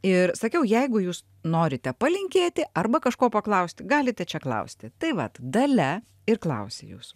ir sakiau jeigu jūs norite palinkėti arba kažko paklausti galite čia klausti tai vat dalia ir klausia jūsų